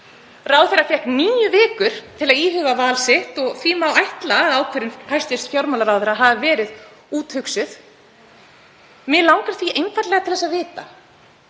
Ráðherra fékk níu vikur til að íhuga val sitt og því má ætla að ákvörðun hæstv. fjármálaráðherra hafi verið úthugsuð. Mig langar því einfaldlega til að vita